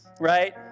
right